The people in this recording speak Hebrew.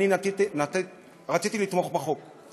רציתי לתמוך בחוק.